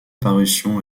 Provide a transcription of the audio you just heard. parution